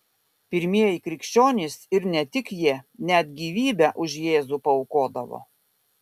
pirmieji krikščionys ir ne tik jie net gyvybę už jėzų paaukodavo